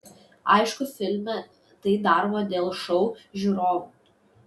aišku filme tai darome dėl šou žiūrovų